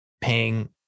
paying